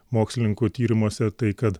mokslininkų tyrimuose tai kad